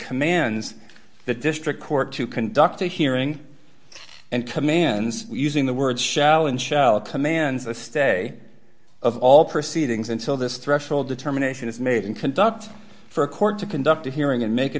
commands the district court to conduct a hearing and commands using the word shall and shall to man's a stay of all proceedings until this threshold determination is made in conduct for a court to conduct a hearing and make a